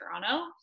toronto